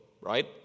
Right